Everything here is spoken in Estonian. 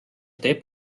teeb